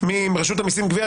מרשות המיסים גבייה,